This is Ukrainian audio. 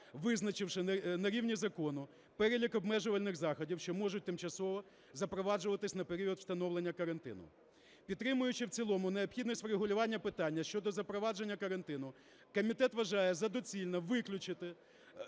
визначивши на рівні закону перелік обмежувальних заходів, що можуть тимчасово запроваджуватися на період встановлення карантину. Підтримуючи в цілому необхідність врегулювання питання щодо запровадження карантину, комітет вважає за доцільне виключити